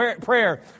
prayer